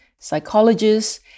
psychologists